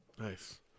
nice